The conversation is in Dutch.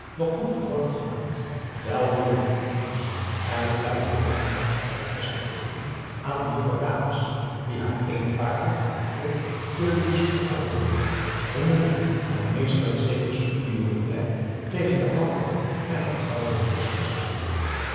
nog goed gevormd gelaat welwillende knikjes en vleiende opmerkingen ten beste gevend aan de jonge dames die haar eenparig voor de liefste vrouw hielden gemoep a daum hoe hij raad van indië werd onder ps maurits delijk en meest met zekere superioriteit tegen de oudere en getrouwde bezoeksters